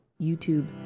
YouTube